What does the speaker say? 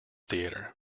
theatre